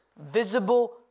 visible